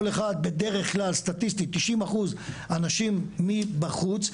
אחד בדרך כלל סטטיסטית 90% אנשים מבחוץ,